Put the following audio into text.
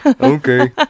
Okay